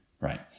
right